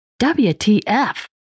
WTF